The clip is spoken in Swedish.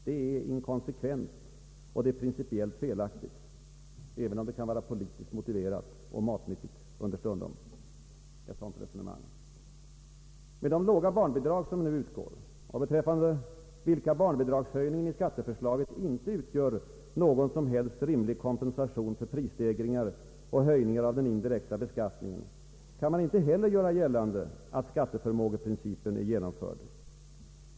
Detta är inkonsekvent och principiellt stötande — även om ett sådant resonemang kan vara politiskt motiverat och understundom tigt. Med de låga barnbidrag som nu utgår och beträffande vilka barnbidragshöjningen i skatteförslaget inte utgör någon som helst rimlig kompensation för prisstegringar och höjningar av den indirekta beskattningen kan man inte heller göra gällande att skatteförmågeprincipen är genomförd.